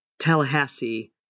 Tallahassee